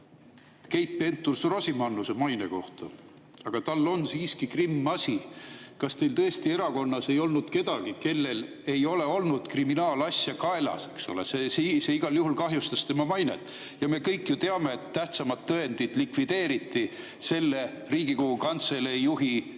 Keit Pentus-Rosimannuse maine kohta. Tal on siiski krimiasi. Kas teil tõesti erakonnas ei olnud kedagi, kellel ei ole olnud kriminaalasja kaelas? See igal juhul kahjustas tema mainet. Me kõik ju teame, et tähtsamad tõendid likvideeriti Riigikogu Kantselei juhi